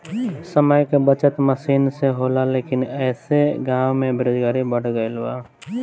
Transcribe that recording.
समय के बचत मसीन से होला लेकिन ऐसे गाँव में बेरोजगारी बढ़ गइल बा